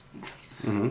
Nice